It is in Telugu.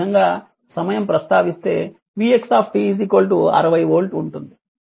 ఈ విధంగా సమయం ప్రస్తావిస్తే vx 60 వోల్ట్ ఉంటుంది